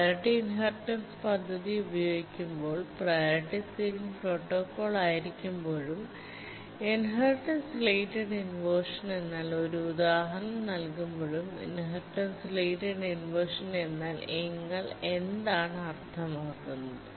priority inheritance പദ്ധതി ഉപയോഗിക്കുമ്പോൾ priority ceiling protocol ആയിരിക്കുമ്പോഴും ഇൻഹെറിറ്റൻസ് റിലേറ്റഡ് ഇൻവെർഷൻ എന്നാൽ ഒരു ഉദാഹരണം നൽകുമ്പോഴും ഇൻഹെറിറ്റൻസ് റിലേറ്റഡ് ഇൻവെർഷൻ എന്നാൽ നിങ്ങൾ എന്താണ് അർത്ഥമാക്കുന്നത്